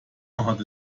hat